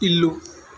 ఇల్లు